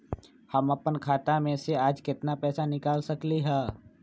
हम अपन खाता में से आज केतना पैसा निकाल सकलि ह?